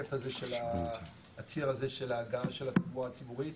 ההיקף הזה של הציר הזה של ציר ההגעה הזה של התחבורה הציבורית,